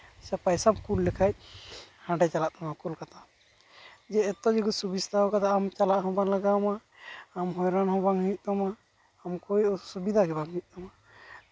ᱥᱮ ᱯᱚᱭᱥᱟᱢ ᱠᱩᱞ ᱞᱮᱠᱷᱟᱡ ᱦᱟᱸᱰᱮ ᱪᱟᱞᱟᱜ ᱛᱟᱢᱟ ᱠᱳᱞᱠᱟᱛᱟ ᱡᱮ ᱮᱛᱚ ᱡᱮᱠᱳ ᱥᱩᱵᱤᱥᱛᱟ ᱠᱟᱫᱟ ᱟᱢ ᱪᱟᱞᱟᱜ ᱦᱚᱸᱵᱟᱝ ᱞᱟᱜᱟᱣ ᱢᱟ ᱟᱢ ᱦᱟᱭᱨᱟᱱ ᱦᱚᱸ ᱵᱟᱝ ᱦᱩᱭᱩᱜ ᱛᱟᱢᱟ ᱟᱢ ᱠᱚᱭᱚᱜ ᱥᱩᱵᱤᱫᱟ ᱦᱚᱸᱵᱟᱝ ᱦᱩᱭᱩᱜ ᱛᱟᱢᱟ